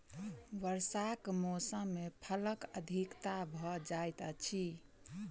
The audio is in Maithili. वर्षाक मौसम मे फलक अधिकता भ जाइत अछि